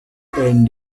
and